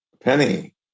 Penny